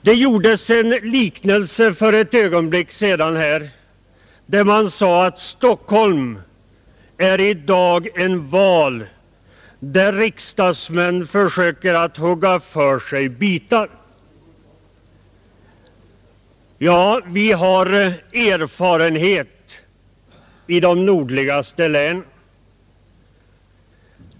Det gjordes en liknelse här för ett ögonblick sedan, och det sades att Stockholm i dag är en val, där riksdagsmän försöker hugga för sig bitar. Ja, vi har erfarenhet i de nordligaste länen.